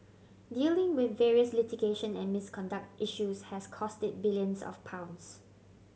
dealing with various litigation and misconduct issues has cost it billions of pounds